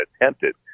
attempted